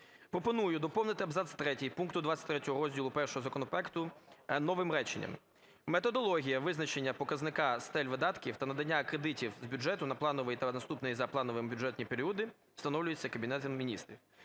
Пропоную доповнити абзац третій пункту 23 розділу І законопроекту новим реченням: "Методологія визначення показника стель видатків та надання кредитів з бюджету на плановий та наступний за плановим бюджетні періоди встановлюються Кабінетом Міністрів".